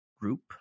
group